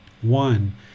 One